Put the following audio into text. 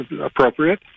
appropriate